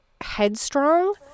headstrong